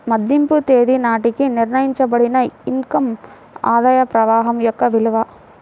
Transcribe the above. మదింపు తేదీ నాటికి నిర్ణయించబడిన ఇన్ కమ్ ఆదాయ ప్రవాహం యొక్క విలువ